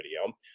video